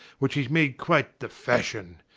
which he's made quite the fashion.